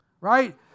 right